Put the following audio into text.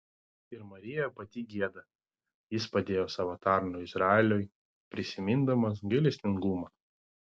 ir marija pati gieda jis padėjo savo tarnui izraeliui prisimindamas gailestingumą